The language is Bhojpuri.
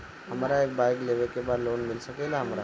हमरा एक बाइक लेवे के बा लोन मिल सकेला हमरा?